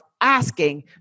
asking